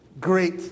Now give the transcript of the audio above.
great